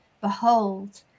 Behold